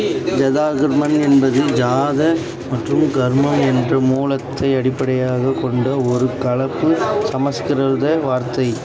ஜதாகர்மன் என்பது ஜாத மற்றும் கர்மன் என்ற மூலத்தை அடிப்படையாகக் கொண்ட ஒரு கலப்பு சமஸ்கிருத வார்த்தை